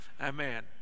Amen